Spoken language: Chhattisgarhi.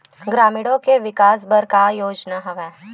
ग्रामीणों के विकास बर का योजना हवय?